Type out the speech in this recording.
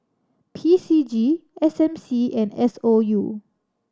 P C G S M C and S O U